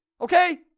okay